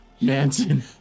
Manson